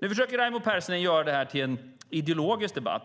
Nu försöker Raimo Pärssinen göra det här till en ideologisk debatt.